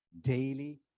daily